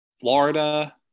Florida